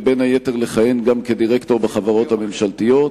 ובין היתר לכהן כדירקטור בחברות הממשלתיות.